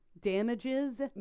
damages